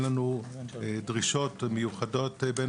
אין לנו דרישות מיוחדות.